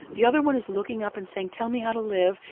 the other one is looking up and saying, tell me how to live,